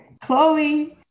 Chloe